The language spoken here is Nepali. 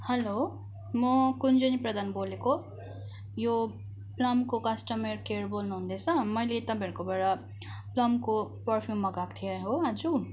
हल्लो म कन्जुनी प्रधान बोलेको यो प्लामको कस्टमर केयर बोल्नु हुँदैछ मैले तपाईँहरूकोबाट प्लामको पर्फियुम मगाएको थिएँ हो आजु